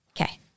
Okay